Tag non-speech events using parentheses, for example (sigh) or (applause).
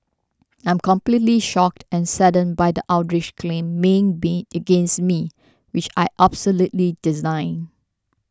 I'm completely shocked and saddened by the outrageous claims made being against me which I absolutely (unintelligible)